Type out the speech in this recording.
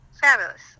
Fabulous